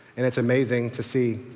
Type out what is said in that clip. and it's amazing to see.